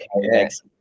Yes